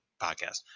podcast